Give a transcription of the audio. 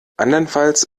andernfalls